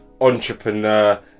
entrepreneur